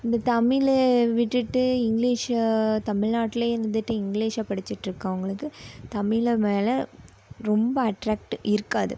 இந்த தமிழை விட்டுவிட்டு இங்கிலீஷை தமிழ்நாட்டில் இருந்துவிட்டு இங்கிலீஷை படிச்சுட்ருக்கவுங்களுக்கு தமிழை மேலே ரொம்ப அட்ராக்ட் இருக்காது